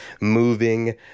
moving